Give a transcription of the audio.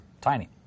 Tiny